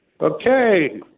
Okay